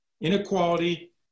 inequality